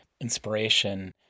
inspiration